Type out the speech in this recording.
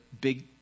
big